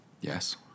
Yes